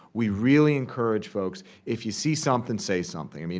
we really encourage folks, if you see something, say something. i mean